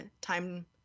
time